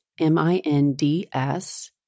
M-I-N-D-S